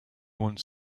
one